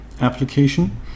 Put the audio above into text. Application